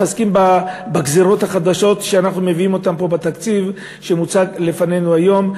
מחזקים בגזירות החדשות שאנחנו מביאים פה בתקציב שמוצג לפנינו היום,